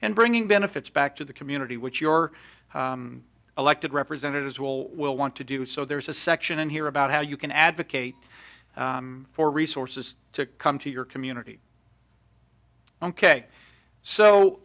and bringing benefits back to the community which your elected representatives will will want to do so there's a section in here about how you can advocate for resources to come to your community ok